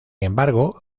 embargo